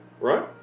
right